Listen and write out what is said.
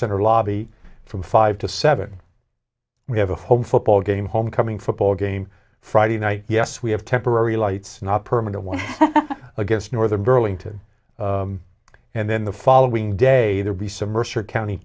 center lobby from five to seven we have a home football game homecoming football game friday night yes we have temporary lights not permanent one against northern burlington and then the following day they'll be some mercer county